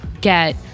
get